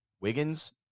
Wiggins